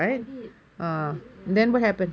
I did I did ya